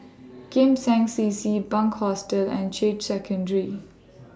Kim Seng C C Bunc Hostel and Secondary